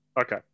Okay